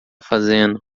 fazendo